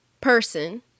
person